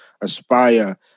aspire